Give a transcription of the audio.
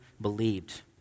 believed